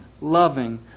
loving